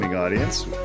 audience